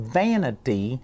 vanity